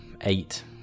Eight